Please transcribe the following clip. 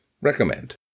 Recommend